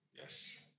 Yes